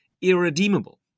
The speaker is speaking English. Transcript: irredeemable